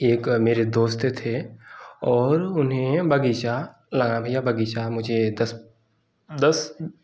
एक मेरे दोस्त थे और उन्हें बग़ीचा लगाना या बग़ीचा मुझे दस दस